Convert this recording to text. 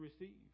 receive